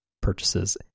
purchases